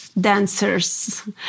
Dancers